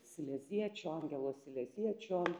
sileziečio angelo sileziečio